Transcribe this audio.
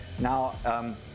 Now